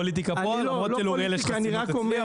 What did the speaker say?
אנחנו לא מתדרדרים לפוליטיקה פה למרות שלאוריאל יש חסינות אצלי,